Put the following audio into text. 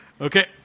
Okay